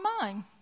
mind